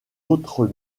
autre